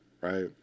right